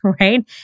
right